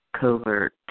covert